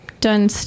done